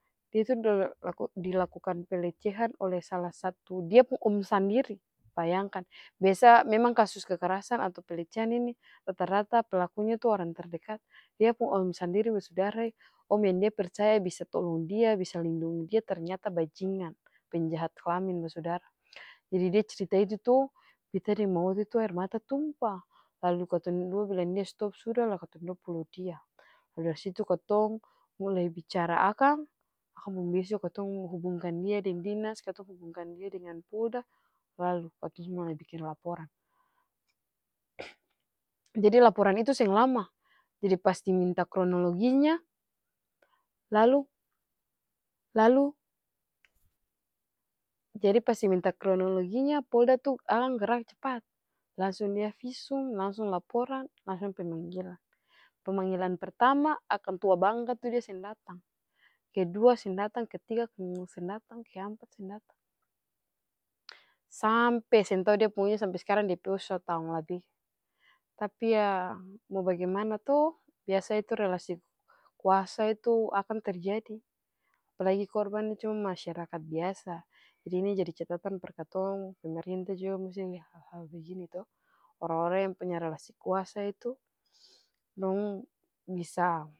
Dia itu dilakukan pelecehan oleh salah satu dia pung om sandiri, bayangkan biasa memang kasus kekerasan atau pelecehan ini rata-rata pelakunya orang terdekat, dia pung om sandiri basudarae, om yang dia percaya bisa tolong dia bisa lindungi dia ternyata bajingan, penjahat kelamin basudara, jadi dia crita itu to beta deng ma ote aer mata tumpa, lalu katong dia bilang dia stop suda lah katong dua polo dia, mulai dari situ katong mulai bicara akang, akang pung beso katong hubungkan dia deng dinas, katong hubungkan dia deng polda, lalu katong su mulai biking laporan, jadi laporan itu seng lama, jadi pas diminta kronologinya, lalu lalu, jadi pas diminta kronologinya polda tuh akang gerak cepat, langsung dia visum, langsung laporan, langsung pemanggilan. Pemanggilan pertama akang tua bangka tuh dia seng datang, kedua seng datang, ketiga seng datang, ke ampa seng datang, sampe seng tau pokonya dia skarang dpo su satu taong labe, tapi yah mo bagimana to biasa relasi kuasa itu akang terjadi, apalagi korban nih cuma masyarakat biasa, jadi ini jadi catatan par katong pemerinta jua musti lia hal-hal bagini to, orang-orang yang punya relasi kuasa itu dong bisa.